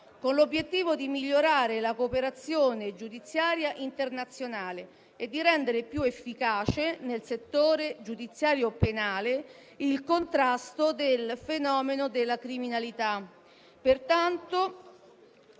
con l'obiettivo di migliorare la cooperazione giudiziaria internazionale e di rendere più efficace, nel settore giudiziario penale, il contrasto al fenomeno della criminalità. Pertanto,